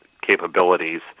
capabilities